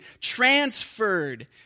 transferred